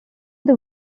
they